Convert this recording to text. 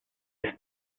ist